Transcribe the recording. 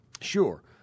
Sure